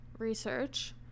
Research